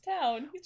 town